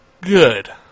good